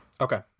Okay